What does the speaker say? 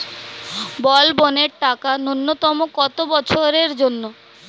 বলবনের টাকা ন্যূনতম কত বছরের জন্য?